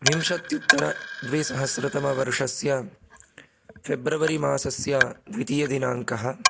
विंशत्युत्तरद्विसहस्रतमवर्षस्य फ़ेब्रवरि मासस्य द्वितीयदिनाङ्कः